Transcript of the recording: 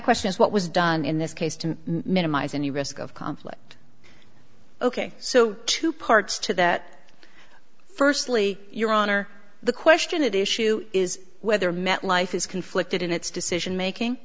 question is what was done in this case to minimize any risk of conflict ok so two parts to that firstly your honor the question at issue is whether met life is conflicted in its decision making